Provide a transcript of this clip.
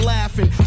Laughing